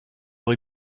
rue